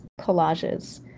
collages